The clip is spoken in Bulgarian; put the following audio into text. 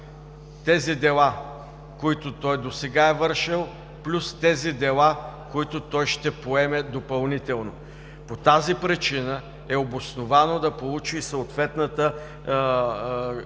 тези дела, които досега е вършил, плюс тези дела, които той ще поеме допълнително. По тази причина е обосновано да получи съответната